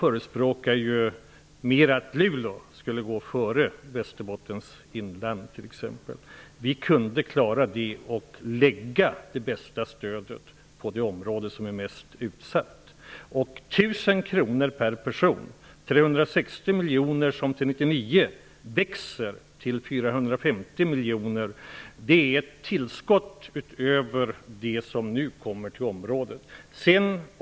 Företrädare för Georg Anderssons parti talar mer om att Luleå skall gå före Västerbottens inland t.ex. Vi kunde klara av detta och lägga det bästa stödet på det område som är mest utsatt. 1 000 kr per person, 360 miljoner som till 1999 skall växa till 450 miljoner, är ett tillskott utöver det som nu kommer till området.